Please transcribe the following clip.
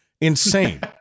insane